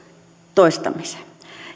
toistamiseen